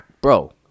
Bro